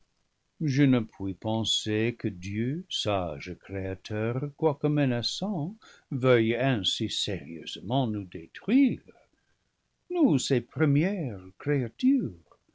je ne puis penser que dieu sage créateur quoique mena çant veuille ainsi sérieusement nous détruire nous ses pre mières créatures